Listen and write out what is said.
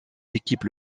équipe